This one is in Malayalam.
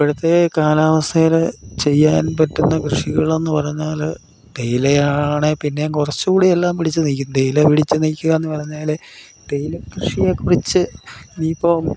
ഇപ്പോഴത്തെ കാലാവസ്ഥയിൽ ചെയ്യാൻ പറ്റുന്ന കൃഷികളെന്ന് പറഞ്ഞാൽ തേയില ആണ് പിന്നെ കുറച്ചു കൂടിയെല്ലാം പിടിച്ചു നിൽക്കും തേയില പിടിച്ചു നില്ല്കുക എന്നു പറഞ്ഞാൽ തേയില കൃഷിയെ കുറിച്ചു ഇനി ഇപ്പോൾ